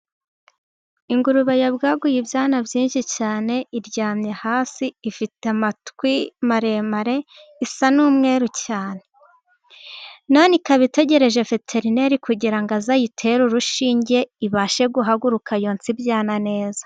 Ingurube yabwaguye ibyana byinshi cyane, iryamye hasi, ifite amatwi maremare, isa n'umweruru cyane. None ikaba itegereje veterineri kugira ngo aze ayitere urushinge, ibashe guhaguruka yonse ibyana neza.